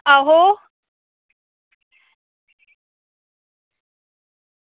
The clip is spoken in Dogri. आहो